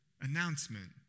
announcement